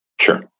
Sure